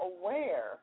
aware